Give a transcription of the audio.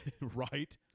right